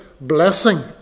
blessing